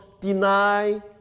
deny